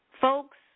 Folks